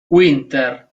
winter